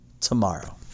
tomorrow